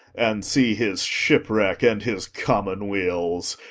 and see his shipwreck and his commonweal's.